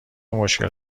مشکل